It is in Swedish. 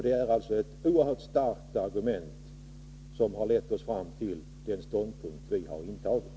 Det är således ett starkt argument, som har lett oss fram till den ståndpunkt vi har intagit.